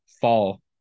fall